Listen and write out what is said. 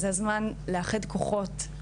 אז זה הזמן לאחד כוחות.